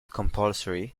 compulsory